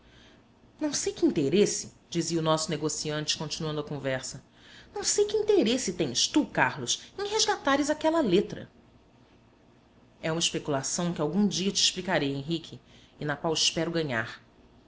não sei que interesse dizia o nosso negociante continuando a conversa não sei que interesse tens tu carlos em resgatares aquela letra é uma especulação que algum dia te explicarei henrique e na qual espero ganhar